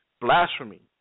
blasphemy